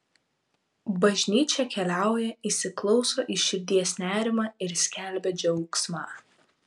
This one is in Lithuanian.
bažnyčia keliauja įsiklauso į širdies nerimą ir skelbia džiaugsmą